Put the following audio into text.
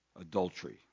adultery